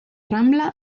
rambla